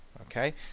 Okay